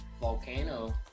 volcano